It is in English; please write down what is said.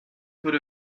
would